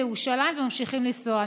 לירושלים, וממשיכים לנסוע.